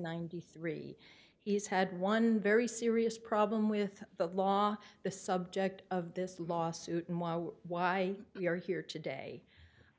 ninety three he's had one very serious problem with the law the subject of this lawsuit and why you're here today